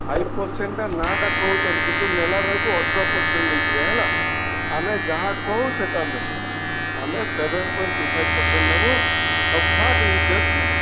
five percent ନା ଟା କହୁଛନ୍ କିନ୍ତୁ ନେଲା ବେଳକୁ ଅଠର ପରସେଣ୍ଟ ନେଇଯିବେ ହେଲା ଆମେ ଯାହା କହୁ ସେହଟା ନେସୁ ଆମେ seven point two five percent ନେବୁ ଆଉ ଫ୍ଲାଟ୍ ଇନ୍ଟରେଷ୍ଟ ନେବୁ